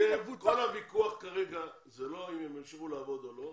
כל הוויכוח כרגע זה לא אם הם ימשיכו לעבוד או לא,